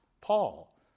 Paul